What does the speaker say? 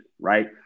right